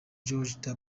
george